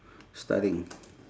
studying